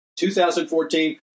2014